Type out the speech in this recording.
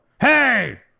hey